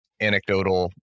anecdotal